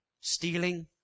stealing